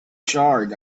charred